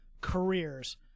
careers